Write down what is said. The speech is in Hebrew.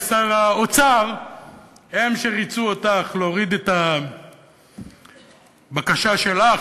שר האוצר הם שריצו אותך להוריד את הבקשה שלך,